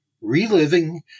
Reliving